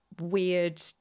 weird